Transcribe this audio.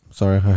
sorry